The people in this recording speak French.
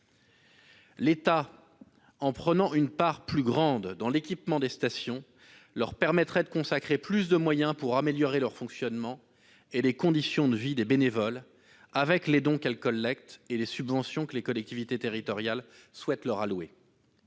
L'État, en prenant une plus grande part dans l'équipement des stations, leur permettrait de consacrer plus de moyens à l'amélioration de leur fonctionnement et des conditions de vie des bénévoles grâce aux dons qu'elles collectent et aux subventions que les collectivités territoriales souhaitent leur allouer.